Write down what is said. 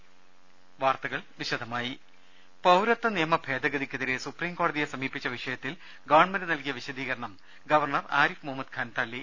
ള്ള ൽ ശ്ര ശു ശു ശു ശു അ പൌരത്വ നിയമ ഭേദഗതിക്കെതിരെ സുപ്രീം കോടതിയെ സമീപിച്ച വിഷയ ത്തിൽ ഗവൺമെന്റ് നൽകിയ വിശദീകരണം ഗവർണർ ആരിഫ് മുഹ മ്മദ് ഖാൻ തള്ളി